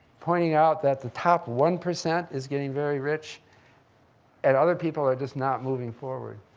pointing out that the top one percent is getting very rich and other people are just not moving forward.